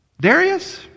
Darius